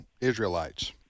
Israelites